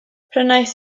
prynais